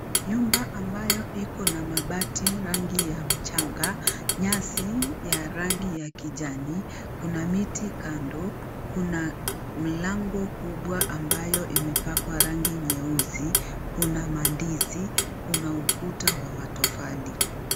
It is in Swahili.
Nyumba ambayo iko na mabati rangi ya mchanga. Nyasi ya rangi ya kijani. Kuna miti kando, kuna mlango kubwa ambayo imepakwa rangi nyeusi. Kuna mandizi, kuna ukuta wa matofali.